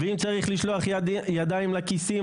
ואם צריך לשלוח ידיים לכיסים,